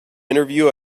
interview